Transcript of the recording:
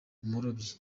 umurobyi